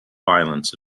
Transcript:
violence